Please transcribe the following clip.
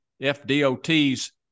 FDOT's